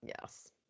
Yes